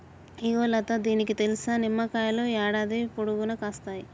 ఇగో లతా నీకిది తెలుసా, నిమ్మకాయలు యాడాది పొడుగునా కాస్తాయి